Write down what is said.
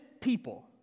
people